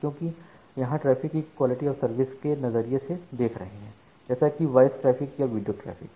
क्योंकि हम यहां ट्रैफिक को क्वालिटी ऑफ़ सर्विस के नजरिए से देख रहे हैं जैसे कि वॉइस ट्रैफिक या वीडियो ट्रैफिक